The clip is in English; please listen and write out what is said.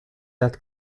that